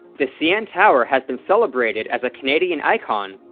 the cn tower has been celebrated as a canadian icon,